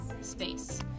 space